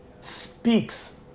speaks